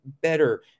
better